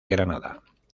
granada